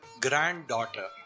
Granddaughter